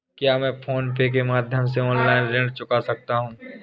क्या मैं PhonePe के माध्यम से ऑनलाइन ऋण चुका सकता हूँ?